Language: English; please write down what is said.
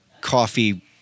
coffee